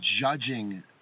judging